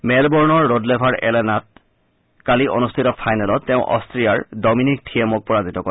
মেলবৰৰ Rod Laver এৰেনাত কালি অনুষ্ঠিত ফাইনেলত তেওঁ অট্টিয়াৰ ডমিনিক থিয়েমক পৰাজিত কৰে